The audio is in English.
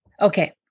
Okay